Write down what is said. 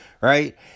right